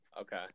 Okay